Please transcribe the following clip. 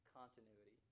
continuity